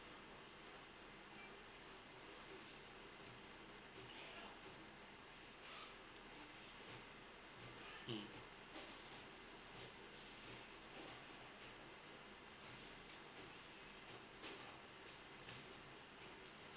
mm